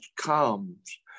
comes